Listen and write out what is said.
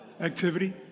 activity